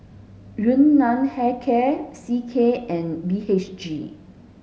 Yun Nam Hair Care C K and B H G